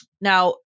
now